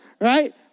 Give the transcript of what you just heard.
right